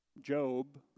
Job